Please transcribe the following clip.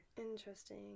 Interesting